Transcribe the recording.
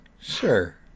sure